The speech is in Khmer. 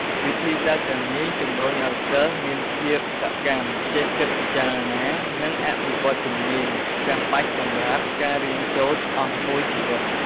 វិធីសាស្ត្រទាំងនេះជំរុញឱ្យសិស្សមានភាពសកម្ម ចេះគិតពិចារណា និងអភិវឌ្ឍជំនាញចាំបាច់សម្រាប់ការរៀនសូត្រអស់មួយជីវិត។